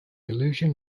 illusion